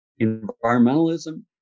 environmentalism